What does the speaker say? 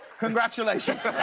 congratulations!